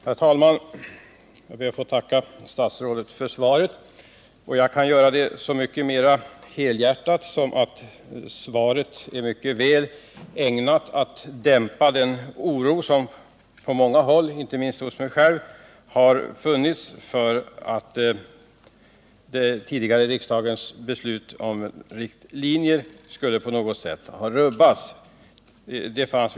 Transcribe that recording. Herr talman! Jag ber att få tacka statsrådet för svaret. Jag kan göra det så mycket mera helhjärtat som svaret är mycket väl ägnat att dämpa den oro som råder på många håll, inte minst hos mig själv, för att de riktlinjer som angavs i riksdagens tidigare beslut på något sätt skulle rubbas.